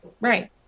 right